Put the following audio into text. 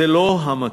זה לא המצב,